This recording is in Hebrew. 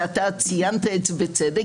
ואתה ציינת את זה בצדק,